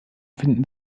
finden